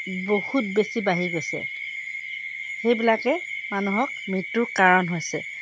বহুত বেছি বাঢ়ি গৈছে সেইবিলাকে মানুহৰ মৃত্যুৰ কাৰণ হৈছে